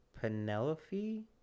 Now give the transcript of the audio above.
Penelope